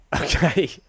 Okay